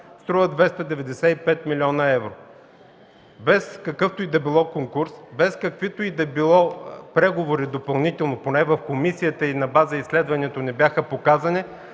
струва 295 млн. евро без какъвто и да било конкурс, без каквито и да било преговори допълнително – поне в комисията и на база изследването не бяха показани,